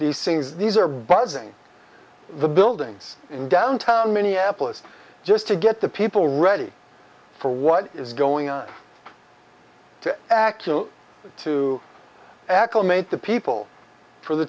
these things these are buzzing the buildings in downtown minneapolis just to get the people ready for what is going on to act two to acclimate the people for the